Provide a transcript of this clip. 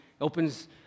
opens